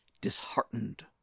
disheartened